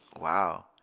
Wow